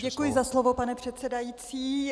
Děkuji za slovo, pane předsedající.